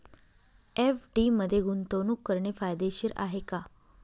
FD मध्ये गुंतवणूक करणे फायदेशीर आहे का?